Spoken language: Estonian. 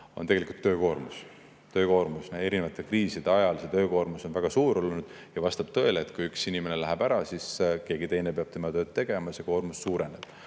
tegelikult töökoormus. Töökoormus on erinevate kriiside ajal väga suur olnud ja vastab tõele, et kui üks inimene läheb ära, siis keegi teine peab tema tööd tegema ja koormus suureneb.